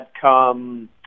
come